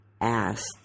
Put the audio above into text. asked